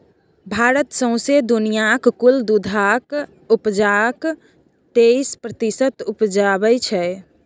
भारत सौंसे दुनियाँक कुल दुधक उपजाक तेइस प्रतिशत उपजाबै छै